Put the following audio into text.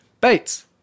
Bates